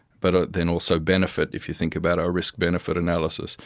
but ah then also benefit if you think about a risk-benefit analysis.